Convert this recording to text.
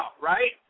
right